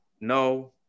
no